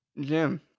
Jim